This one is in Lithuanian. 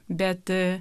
bet a